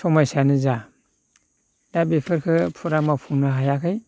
समाय्सायानो जा दा बेफोरखो फुरा मावफुंनो हायाखै